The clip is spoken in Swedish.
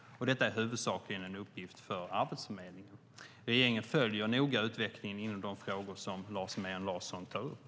Detta är huvudsakligen en uppgift för Arbetsförmedlingen. Regeringen följer noga utvecklingen inom de frågor Lars Mejern Larsson tar upp.